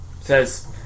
says